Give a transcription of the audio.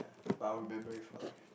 but I'll remember it for life